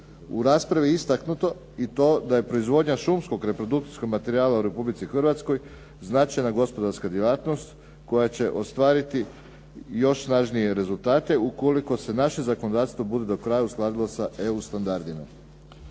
U raspravi je istaknuto i to da je proizvodnja šumskog reprodukcijskog materijala u Republici Hrvatskoj značajna gospodarska djelatnost koja će ostvariti još snažnije rezultate ukoliko se naše zakonodavstvo bude do kraja uskladilo sa EU standardima.